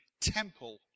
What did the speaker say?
temple